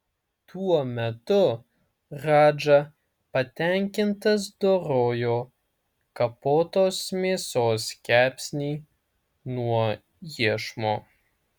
tuo metu radža patenkintas dorojo kapotos mėsos kepsnį nuo iešmo